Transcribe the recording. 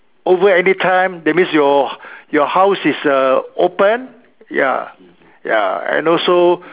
over anytime that means your your house is uh open ya ya and also